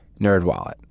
NerdWallet